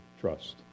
Trust